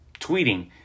tweeting